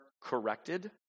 corrected